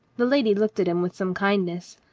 the lady looked at him with some kindness.